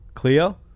Cleo